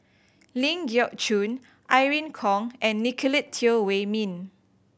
Ling Geok Choon Irene Khong and Nicolette Teo Wei Min